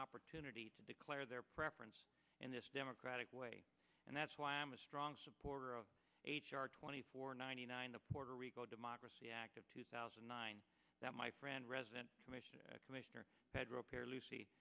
opportunity to declare their preference in this democratic way and that's why i am a strong supporter of h r twenty four ninety nine the puerto rico democracy act of two thousand and nine that my friend resident commissioner commissioner federal pear lucy